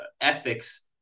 ethics